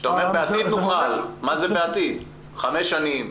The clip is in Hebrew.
חמש שנים?